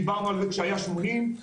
דיברנו על זה כשהיה 100,